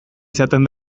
izaten